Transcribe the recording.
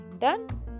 done